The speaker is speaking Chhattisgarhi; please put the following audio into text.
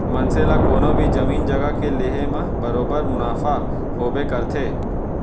मनसे ला कोनों भी जमीन जघा के लेहे म बरोबर मुनाफा होबे करथे